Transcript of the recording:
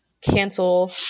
cancel